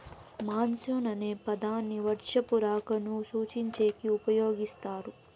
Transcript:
monsoon అనే పదాన్ని వర్షపు రాకను సూచించేకి ఉపయోగిస్తారు